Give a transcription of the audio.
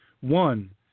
One